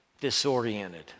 disoriented